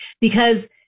because-